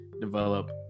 develop